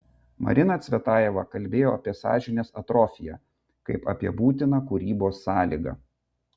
marina cvetajeva kalbėjo apie sąžinės atrofiją kaip apie būtiną kūrybos sąlygą